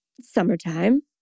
summertime